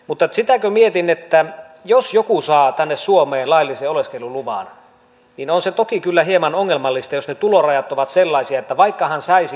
mutta sitä mietin että jos joku saa tänne suomeen laillisen oleskeluluvan niin on se toki kyllä hieman ongelmallista jos ne tulorajat ovat sellaisia että vaikka hän saisi